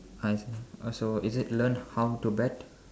I oh so is it learn how to bet